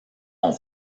ont